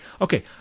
okay